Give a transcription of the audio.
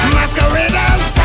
Masqueraders